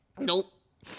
nope